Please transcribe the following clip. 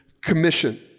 commission